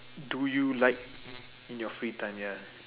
do you like in your free time ya